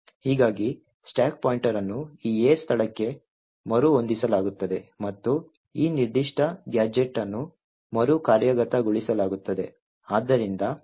ಹೀಗಾಗಿ stack pointer ಅನ್ನು ಈ A ಸ್ಥಳಕ್ಕೆ ಮರುಹೊಂದಿಸಲಾಗುತ್ತದೆ ಮತ್ತು ಈ ನಿರ್ದಿಷ್ಟ ಗ್ಯಾಜೆಟ್ ಅನ್ನು ಮರು ಕಾರ್ಯಗತಗೊಳಿಸಲಾಗುತ್ತದೆ